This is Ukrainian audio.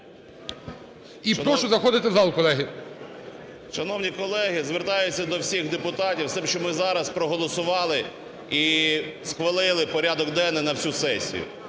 І прошу заходити в зал, колеги. 10:46:02 БУРБАК М.Ю. Шановні колеги, звертаюсь до всіх депутатів, з тим, щоб ми зараз проголосували і схвалили порядок денний на всю сесію.